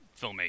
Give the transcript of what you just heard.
filmmaking